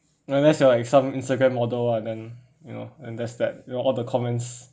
unless you are like some instagram model lah then you know then that's that you know all the comments